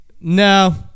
No